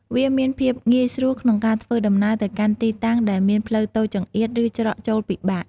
វាមានភាពងាយស្រួលក្នុងការធ្វើដំណើរទៅកាន់ទីតាំងដែលមានផ្លូវតូចចង្អៀតឬច្រកចូលពិបាក។